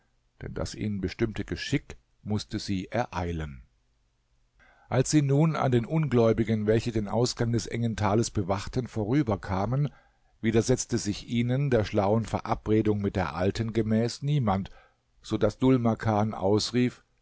denn das ihnen bestimmte geschick mußte sie ereilen als sie nun an den ungläubigen welche den ausgang des engen tales bewachten vorüberkamen widersetze sich ihnen der schlauen verabredung mit der alten gemäß niemand so daß dhul makan ausrief